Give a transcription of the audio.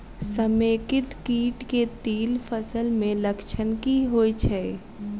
समेकित कीट केँ तिल फसल मे लक्षण की होइ छै?